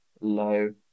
low